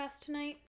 tonight